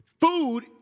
Food